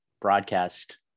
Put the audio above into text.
broadcast